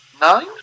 nine